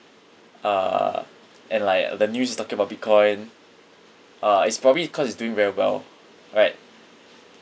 uh and like the news is talking about bitcoin uh it's probably cause it's doing very well right